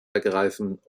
ergreifen